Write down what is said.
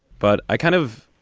but i kind of.